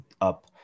up